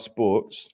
Sports